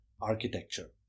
architecture